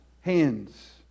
hands